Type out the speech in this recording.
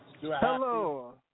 Hello